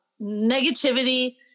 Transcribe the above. negativity